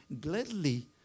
gladly